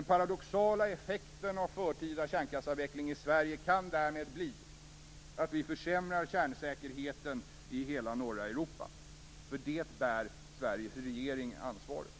Den paradoxala effekten av förtida kärnkraftsavveckling i Sverige kan därmed bli att vi försämrar kärnsäkerheten i hela norra Europa. För det bär Sveriges regering ansvaret.